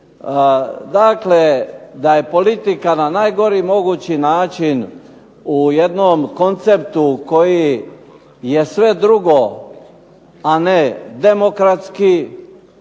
Dakle, da je politika na najgori mogući način u jednom konceptu koji je sve drugo a ne demokratski,